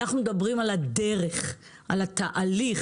אנחנו מדברים על הדרך, על התהליך.